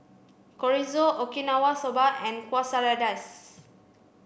Chorizo Okinawa Soba and Quesadillas